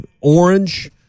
orange